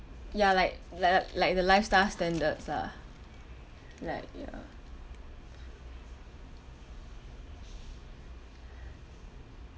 ya like like like the lifestyle standards ah like ya